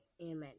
amen